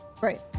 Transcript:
Right